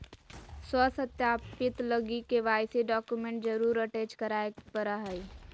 स्व सत्यापित लगी के.वाई.सी डॉक्यूमेंट जरुर अटेच कराय परा हइ